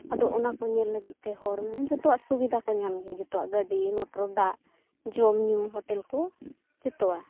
ᱟᱫᱚ ᱚᱱᱟᱠᱚ ᱧᱮᱞ ᱞᱟᱹᱜᱤᱫᱛᱮ ᱦᱚᱲ ᱢᱟᱱᱮ ᱡᱚᱛᱚᱣᱟᱜ ᱥᱩᱵᱤᱫᱷᱟ ᱠᱚ ᱧᱟᱢ ᱜᱮᱭᱟ ᱡᱚᱛᱚᱣᱟᱜ ᱜᱟᱹᱰᱤ ᱢᱚᱴᱚᱨ ᱫᱟᱜ ᱡᱚᱢ ᱧᱩ ᱦᱳᱴᱮᱞ ᱠᱚ ᱡᱚᱛᱚᱣᱟᱜ